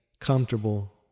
comfortable